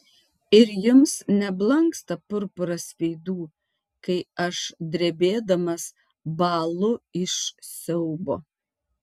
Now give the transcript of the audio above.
ir jums neblanksta purpuras veidų kai aš drebėdamas bąlu iš siaubo